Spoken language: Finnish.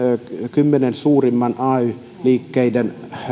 kymmenen suurimman ay liikkeen